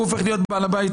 הוא הופך להיות בעל הבית,